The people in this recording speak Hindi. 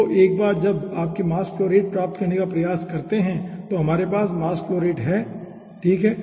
तो एक बार जब हम आपकी मास फ्लो रेट प्राप्त करने का प्रयास करते हैं तो हमारे पास मास फ्लो रेट है ठीक है